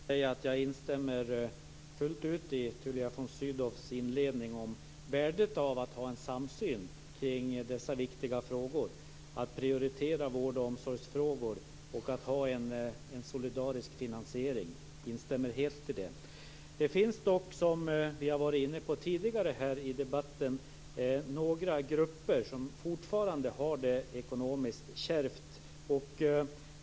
Fru talman! Jag instämmer fullt ut i Tullia von Sydows inledning om värdet av att ha en samsyn kring dessa viktiga frågor, att prioritera vård och omsorg och att ha en solidarisk finansiering. Jag instämmer helt i det. Det finns dock, som vi har varit inne på tidigare här i debatten, några grupper som fortfarande har det ekonomiskt kärvt.